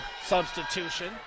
substitution